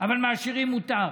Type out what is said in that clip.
אבל מעשירים מותר.